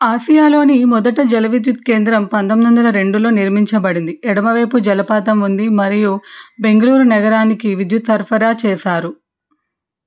ఆసియాలోని మొదటి జల విద్యుత్ కేంద్రం పంతొమ్మిది వందలా రెండులో నిర్మించబడింది ఎడమవైపు జలపాతం ఉంది మరియు బెంగుళూరు నగరానికి విద్యుత్ సరఫరా చేశారు